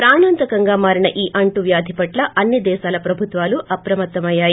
ప్రాణంతకరంగా మారిన ఈ అంటువ్యాధి పట్ల అన్ని దేశాల ప్రభుత్వాలు అప్రమత్తమయ్యాయి